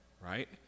Right